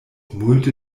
multe